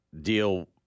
deal